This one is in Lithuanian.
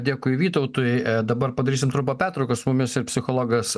dėkui vytautui dabar padarysim trumpą pertrauką su mumis ir psichologas